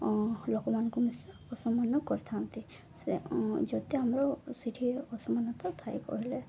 ଲୋକମାନଙ୍କୁ ମିଶି ଅସମାନ କରିଥାନ୍ତି ସେ ଯଦି ଆମର ସେଠି ଅସମାନତା ଥାଏ କହିଲେ